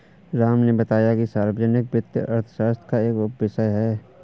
राम ने बताया कि सार्वजनिक वित्त अर्थशास्त्र का एक उपविषय है